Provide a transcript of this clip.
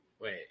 Wait